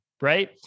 Right